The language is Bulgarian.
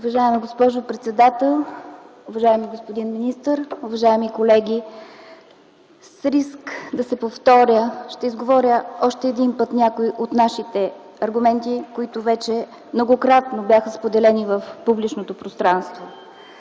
Уважаема госпожо председател, уважаеми господин министър, уважаеми колеги! С риск да се повторя ще изговоря още един път някои от нашите аргументи, които вече многократно бяха споделени в публичното пространство.